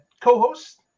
co-host